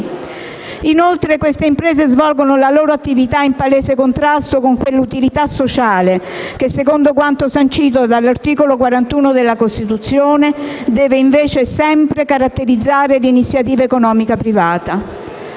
Inoltre, queste imprese svolgono la loro attività in palese contrasto con quell'utilità sociale che, secondo quanto sancito dall'articolo 41 della Costituzione, deve invece sempre caratterizzare l'iniziativa economica privata.